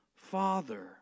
Father